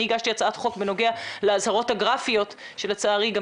אני הגשתי הצעת חוק בנוגע לאזהרות הגרפיות שלצערי גם